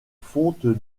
fonte